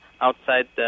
outside